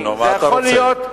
מה אתה רוצה?